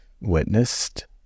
witnessed